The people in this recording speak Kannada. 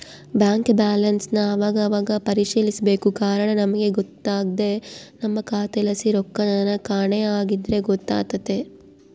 ಬ್ಯಾಂಕ್ ಬ್ಯಾಲನ್ಸನ್ ಅವಾಗವಾಗ ಪರಿಶೀಲಿಸ್ಬೇಕು ಕಾರಣ ನಮಿಗ್ ಗೊತ್ತಾಗ್ದೆ ನಮ್ಮ ಖಾತೆಲಾಸಿ ರೊಕ್ಕೆನನ ಕಾಣೆ ಆಗಿದ್ರ ಗೊತ್ತಾತೆತೆ